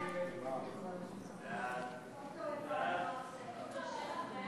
חוק שחרור